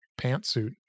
pantsuit